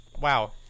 wow